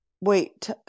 Wait